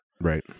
Right